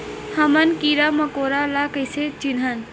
हमन कीरा मकोरा ला कइसे चिन्हन?